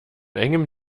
engem